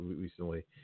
recently